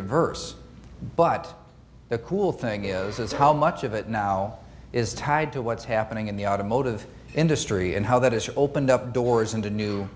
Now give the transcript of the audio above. diverse but the cool thing is is how much of it now is tied to what's happening in the automotive industry and how that has opened up doors into new